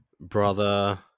Brother